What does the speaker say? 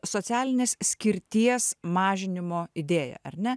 socialinės skirties mažinimo idėja ar ne